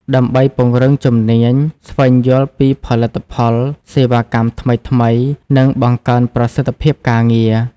ដើម្បីពង្រឹងជំនាញ ស្វែងយល់ពីផលិតផល សេវាកម្មថ្មីៗ និងបង្កើនប្រសិទ្ធភាពការងារ។